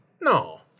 No